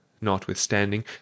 notwithstanding